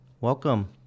Welcome